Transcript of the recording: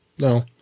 no